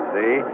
See